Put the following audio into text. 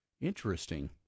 Interesting